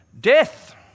Death